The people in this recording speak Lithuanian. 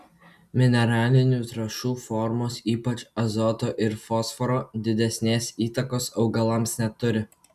mineralinių trąšų formos ypač azoto ir fosforo didesnės įtakos augalams neturi